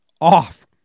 off